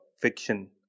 fiction